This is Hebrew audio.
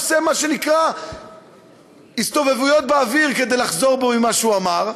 עושה מה שנקרא "הסתובבויות באוויר" כדי לחזור בו ממה שהוא אמר.